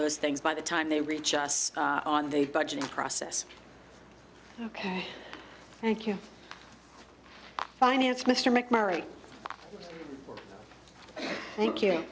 those things by the time they reach us on the budgeting process ok thank you finance mr mcmurray thank you